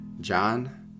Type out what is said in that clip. John